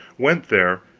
went there,